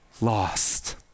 lost